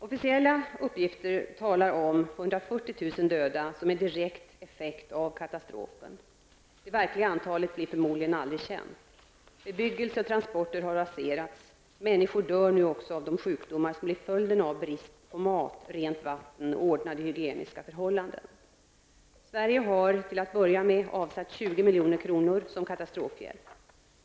Officiella uppgifter talar om 140 000 döda som en direkt effekt av katastrofen. Det verkliga antalet blir förmodligen aldrig känt. Bebyggelse och transporter har raserats. Människor dör nu också av de sjukdomar som blir följden av brist på mat, rent vatten och ordnade hygieniska förhållanden. Sverige har till att börja med avsatt 20 milj.kr. som katastrofhjälp.